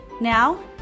Now